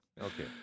Okay